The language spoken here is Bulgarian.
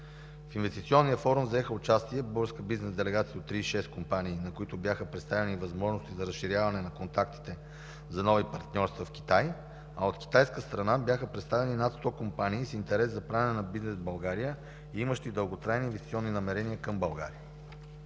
В инвестиционния форум взеха участие: българска бизнес делегация от 36 компании, на които бяха предоставени възможности за разширяване на контактите за нови партньорства в Китай, а от китайска страна бяха представени над 100 компании с интерес за правене на бизнес в България и имащи дълготрайни инвестиционни намерения към България.